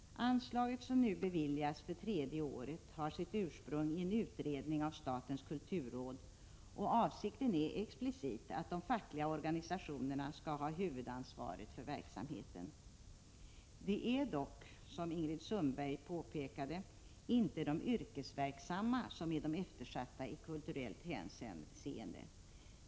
Anslaget, som nu beviljas för tredje året, har sitt ursprung i en utredning av statens kulturråd, och avsikten är explicit att de fackliga organisationerna skall ha huvudansvaret för verksamheten. Det är dock, som Ingrid Sundberg påpekade, inte de yrkesverksamma som är de eftersatta i kulturellt hänseende.